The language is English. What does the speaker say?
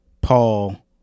Paul